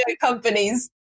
companies